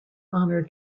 honor